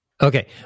Okay